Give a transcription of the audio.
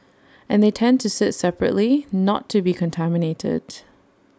and they tend to sit separately not to be contaminated